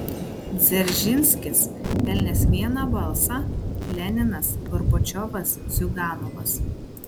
dzeržinskis pelnęs vieną balsą leninas gorbačiovas ziuganovas